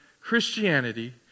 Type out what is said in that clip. Christianity